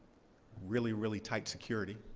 really, really tight security.